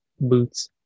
Boots